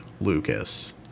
Lucas